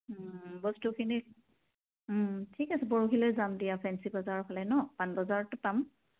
বস্তুখিনি ঠিক আছে বৰহিলৈ যাম দিয়া ফেঞ্চি বজাৰৰ ফাললে ন পাণ বজাৰত পাম